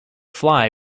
fly